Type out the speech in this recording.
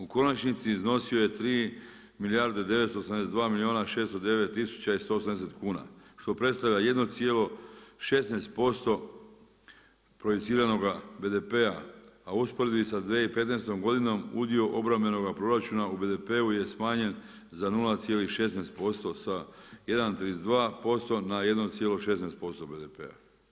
U konačnici iznosio je 3 milijarde 982 milijuna 609 tisuća i 170 kuna što predstavlja 1,16% projiciranoga BDP-a, a u usporedbi sa 2015. godinom udio obrambenoga proračuna u BDP-u je smanjen za 0,16% sa 1,31% na 1,16% BDP-a.